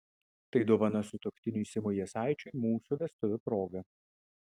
tai dovana sutuoktiniui simui jasaičiui mūsų vestuvių proga